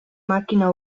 màquina